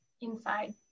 inside